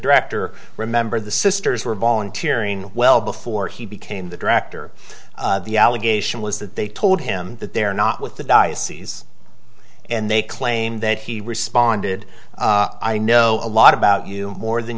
director remember the sisters were volunteering well before he became the director the allegation was that they told him that they are not with the diocese and they claim that he responded i know a lot about you more than